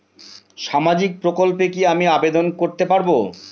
সামাজিক প্রকল্পে কি আমি আবেদন করতে পারবো?